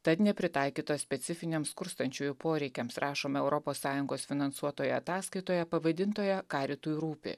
tad nepritaikytos specifiniams skurstančiųjų poreikiams rašoma europos sąjungos finansuotoje ataskaitoje pavadintoje karitui rūpi